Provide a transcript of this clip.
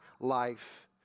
life